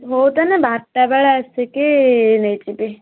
ହଉ ତାହେଲେ ବାରଟା ବେଳେ ଆସିକି ନେଇଯିବି